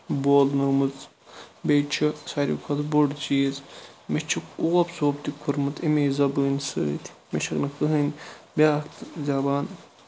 بولنٲومٕژ بیٚیہِ چھُ سارِوٕے کھۄتہٕ بوٚڈ چیٖز مےٚ چھُ اوٚپ ژَوٚپ تہِ کوٚرمُت اَمے زبٲنۍ سۭتۍ مےٚ چھِ نہٕ کِہیٖنٛۍ بیٛاکھ زَبان